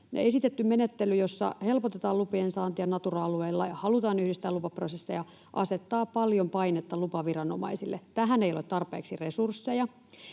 Esitetty menettely, jossa helpotetaan lupien saantia Natura-alueilla ja halutaan yhdistää lupaprosesseja, asettaa paljon painetta lupaviranomaisille. Tähän ei ole tarpeeksi resursseja.